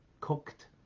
cooked